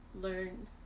Learn